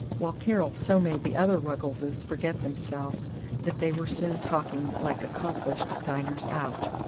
while carol so made the other ruggleses forget themselves that they were soon talking like accomplished diners-out.